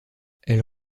elle